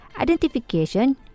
identification